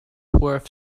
worth